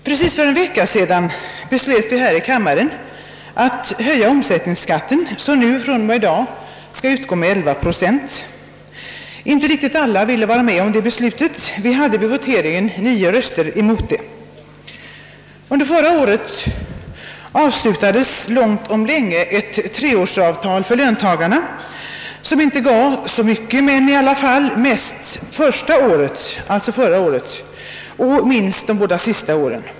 Herr talman! Precis för en vecka sedan beslöt vi här i kammaren att höja omsättningsskatten, som just från och med i dag skall utgå med 11 procent. Inte riktigt alla ville vara med om det beslutet; vid voteringen avgavs 9 röster emot till förmån för vår motion om avslag. Förra året träffades långt om länge ett treårsavtal för löntagarna. Avtalet gav inte så mycket men i alla fall mest första året alltså 1966 — och mindre under de båda följande.